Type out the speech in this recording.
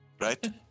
right